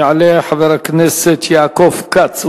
יעלה חבר הכנסת יעקב כץ,